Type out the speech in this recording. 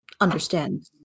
Understand